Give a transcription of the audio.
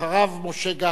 אחריו, משה גפני.